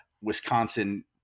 Wisconsin